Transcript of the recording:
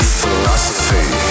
philosophy